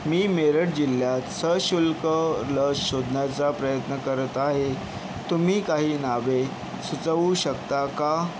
मी मेरठ जिल्ह्यात सशुल्क लस शोधण्याचा प्रयत्न करत आहे तुम्ही काही नावे सुचवू शकता का